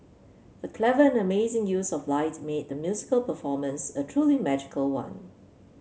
the clever and amazing use of light made the musical performance a truly magical one